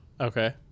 okay